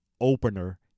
opener